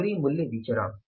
सामग्री मूल्य विचरण